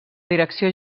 direcció